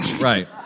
Right